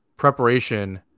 preparation